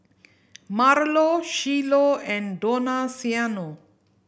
Marlo Shiloh and Donaciano